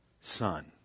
son